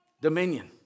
dominion